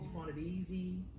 find it easy?